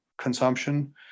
consumption